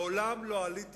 מעולם לא עליתי